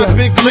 big